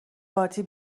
پارتی